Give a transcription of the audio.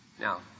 Now